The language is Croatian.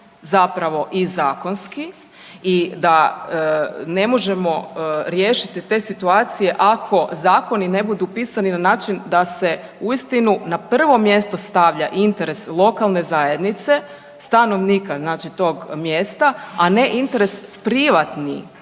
zapravo i zakonski i da ne možemo riješiti te situacije ako zakoni ne budu pisani na način da se uistinu na prvo mjesto stavlja interes lokalne zajednice, stanovnika tog mjesta, a ne interes privatni